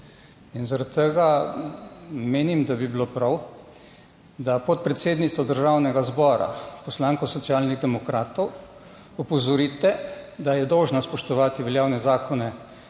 in zaradi tega menim, da bi bilo prav, da podpredsednico Državnega zbora, poslanko Socialnih demokratov opozorite, da je dolžna spoštovati veljavne zakone.